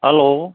hello